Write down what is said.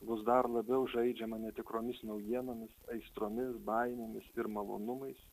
bus dar labiau žaidžiama netikromis naujienomis aistromis baimėmis ir malonumais